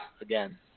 again